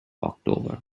october